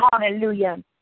Hallelujah